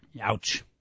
Ouch